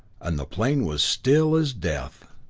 and the plane was still as death!